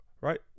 right